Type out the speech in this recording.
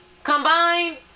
Combine